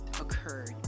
occurred